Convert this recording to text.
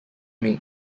make